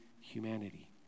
humanity